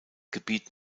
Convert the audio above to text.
gebiet